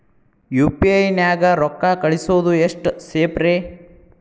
UPI ನ್ಯಾಗ ರೊಕ್ಕ ಕಳಿಸೋದು ಎಷ್ಟ ಸೇಫ್ ರೇ?